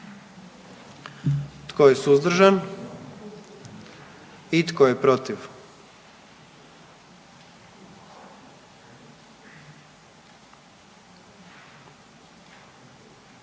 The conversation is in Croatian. Tko je suzdržan? I tko je protiv?